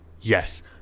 Yes